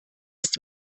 ist